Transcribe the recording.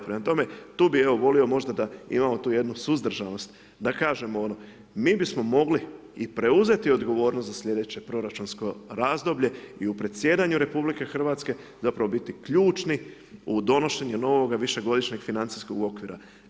Prema tome, tu bi evo volio, možda da imamo jednu suzdržanost, da kažemo ono mi bismo mogli i preuzeti odgovornost za sljedeće proračunsko razdoblje i u predsjedanju RH, zapravo biti ključni u donošenje novoga višegodišnjeg financijskog okvira.